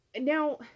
now